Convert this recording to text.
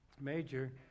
Major